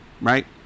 right